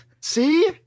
See